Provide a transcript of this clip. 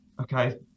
Okay